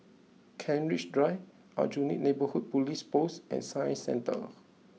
Kent Ridge Drive Aljunied Neighbourhood Police Post and Science Centre